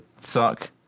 suck